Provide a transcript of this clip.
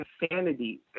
insanity